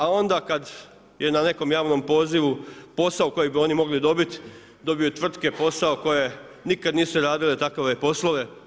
A onda kad je na nekom javnom pozivu posao koji bi oni mogli dobiti, dobiju tvrtke posao koje nikad nisu radile takove poslove.